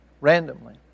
randomly